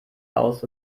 aus